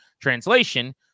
Translation